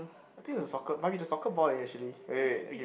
I think is a soccer might be the soccer ball leh actually wait wait wait okay